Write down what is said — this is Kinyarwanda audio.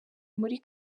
muri